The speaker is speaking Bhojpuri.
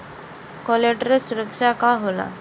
कोलेटरल सुरक्षा का होला?